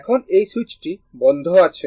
এখন এই সুইচটি বন্ধ আছে